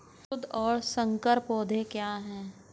शुद्ध और संकर पौधे क्या हैं?